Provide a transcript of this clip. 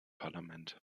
parlament